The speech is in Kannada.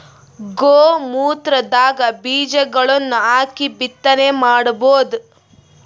ಗೋ ಮೂತ್ರದಾಗ ಬೀಜಗಳನ್ನು ಹಾಕಿ ಬಿತ್ತನೆ ಮಾಡಬೋದ?